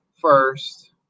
first